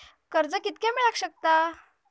कर्ज कितक्या मेलाक शकता?